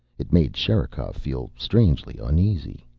it made sherikov feel strangely uneasy.